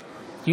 (קורא בשמות חברי הכנסת) משה אבוטבול,